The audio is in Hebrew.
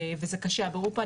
וזה קשה הבירור פה,